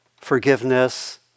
forgiveness